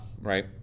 right